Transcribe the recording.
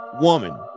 woman